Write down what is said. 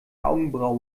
augenbraue